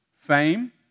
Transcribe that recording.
fame